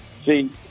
See